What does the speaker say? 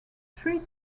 three